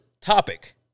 topic